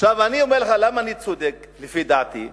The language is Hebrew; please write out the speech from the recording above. עכשיו אני אומר לך למה אני צודק לפי דעתי.